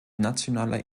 nationaler